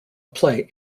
play